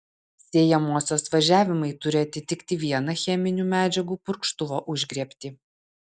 sėjamosios važiavimai turi atitikti vieną cheminių medžiagų purkštuvo užgriebį